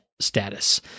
status